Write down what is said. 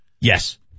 Yes